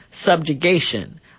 subjugation